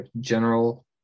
general